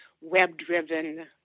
web-driven